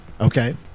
Okay